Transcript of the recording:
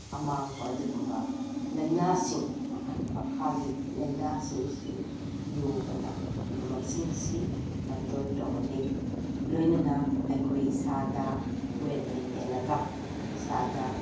ꯑꯃꯥꯡꯕ ꯑꯗꯨꯒꯨꯝꯕ ꯂꯩꯅꯥꯁꯤꯡ ꯃꯈꯜ ꯃꯈꯥꯒꯤ ꯂꯩꯅꯥꯁꯤꯡꯁꯤ ꯌꯣꯒꯅ ꯄꯨꯝꯅꯃꯛꯁꯤꯡ ꯑꯁꯤ ꯀꯟꯇ꯭ꯔꯣꯜ ꯇꯧꯍꯜꯂꯤ ꯂꯣꯏꯅꯅ ꯑꯩꯈꯣꯏ ꯏꯁꯥꯗ ꯋꯦꯠꯅ ꯍꯦꯜꯂꯒ ꯏꯁꯥꯗ